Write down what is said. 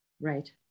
Right